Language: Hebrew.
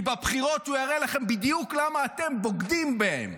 כי בבחירות הוא יראה לכם בדיוק למה אתם בוגדים בו.